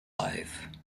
life